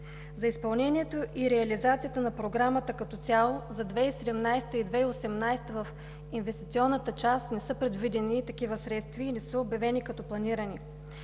За изпълнението и реализацията на Програмата като цяло за 2017 г. и 2018 г. в инвестиционната част не са предвидени такива средства и не са обявени като планирани.